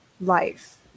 life